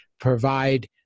provide